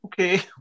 okay